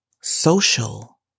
social